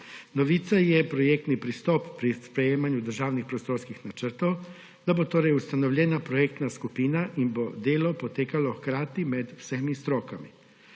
Novica je projektni pristop pri sprejemanju državnih prostorskih načrtov, da bo torej ustanovljena projektna skupina in bo delo potekalo hkrati med vsemi strokami.